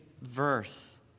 verse